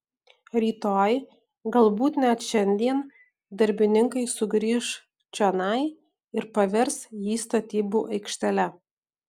rytoj galbūt net šiandien darbininkai sugrįš čionai ir pavers jį statybų aikštele